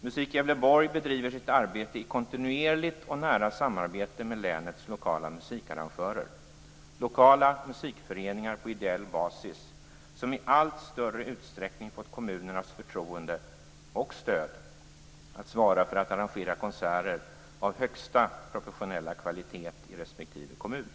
Musik Gävleborg bedriver sitt arbete i kontinuerligt och nära samarbete med länets lokala musikarrangörer, dvs. lokala musikföreningar på ideell basis som i allt större utsträckning fått kommunernas förtroende och stöd att arrangera konserter av högsta professionella kvalitet i respektive kommun.